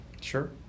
Sure